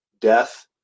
death